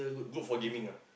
good for gaming ah